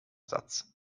satz